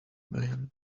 million